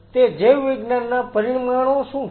તે જૈવવિજ્ઞાનના પરિમાણો શું છે